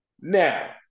Now